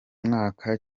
mwaka